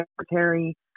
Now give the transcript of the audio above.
secretary